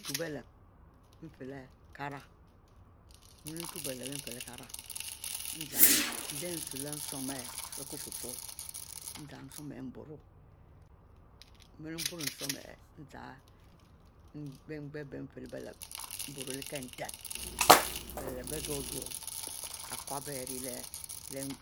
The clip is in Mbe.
Ntu bie lep ifie leh kiri endieh nsu-leh osum ari bie kokiero osum ihieh ntu bienghieh ifie leh bie lep-leh kie nten bie lep bie duo duo ari kiwubie ari bie nghieh